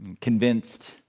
convinced